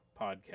podcast